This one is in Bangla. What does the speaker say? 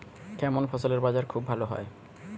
কেমন ফসলের বাজার খুব ভালো হয়?